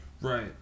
Right